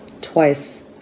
Twice